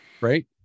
Right